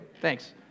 Thanks